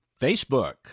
Facebook